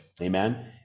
amen